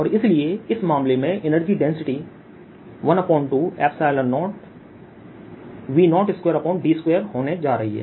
और इसलिए इस मामले में एनर्जी डेंसिटी 120V02d2 होने जा रही है